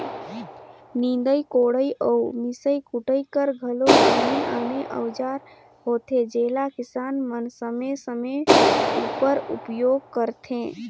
निदई कोड़ई अउ मिसई कुटई कर घलो आने आने अउजार होथे जेला किसान मन समे समे उपर उपियोग करथे